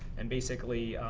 and basically,